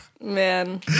man